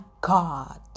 God